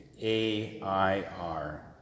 A-I-R